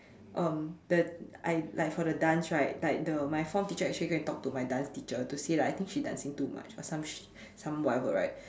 um the I like for the dance right like the my form teacher actually go and talk to my dance teacher to say like I think she dancing too much or some sh~ some whatever right